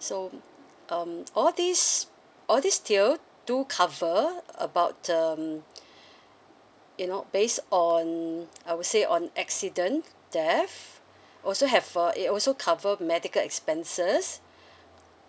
so um all these all these tiers do cover about um you know based on I would say on accident theft also have a it also cover medical expenses